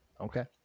Okay